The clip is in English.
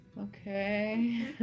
Okay